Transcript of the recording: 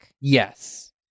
Yes